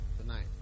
Tonight